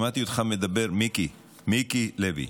שמעתי אותך מדבר, מיקי, מיקי לוי,